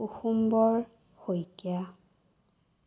Kusumbar Saikia